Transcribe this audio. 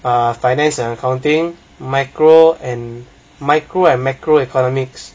ah finance and accounting micro and micro and macro economics